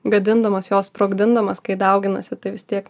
gadindamas juos sprogdindamas kai dauginasi tai vis tiek